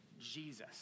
Jesus